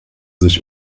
sich